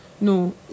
no